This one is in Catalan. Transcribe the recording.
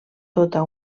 tota